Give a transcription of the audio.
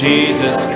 Jesus